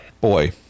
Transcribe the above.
boy